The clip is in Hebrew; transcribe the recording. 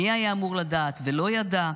מי היה אמור לדעת ולא ידע?